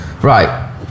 right